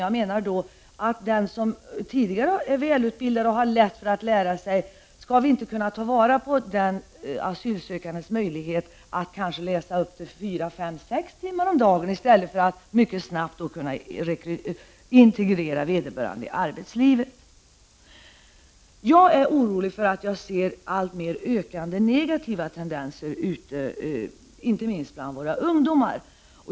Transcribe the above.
Om en asylsökande är välutbildad och har lätt för att lära, skulle vi då kunna ta vara på vederbörandes möjligheter att kanske läsa fyra till sex timmar per dag för att snabbt kunna integreras i arbetslivet? Jag är orolig över de alltmer ökande negativa tendenser som finns ute i samhället, inte minst bland våra ungdomar.